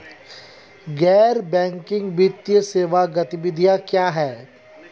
गैर बैंकिंग वित्तीय सेवा गतिविधियाँ क्या हैं?